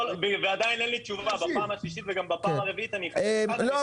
לא ועדיין אין לי תשובה בפעם השלישית וגם בפעם הרביעית אני אחדד.